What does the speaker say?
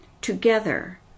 Together